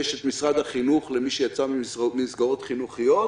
יש את משרד החינוך למי שיצא ממסגרות חינוכיות,